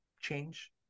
change